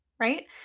right